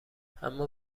اما